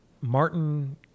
Martin